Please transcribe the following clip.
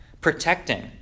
protecting